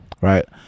right